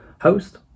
host